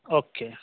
okay